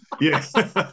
Yes